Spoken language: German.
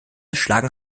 schlagen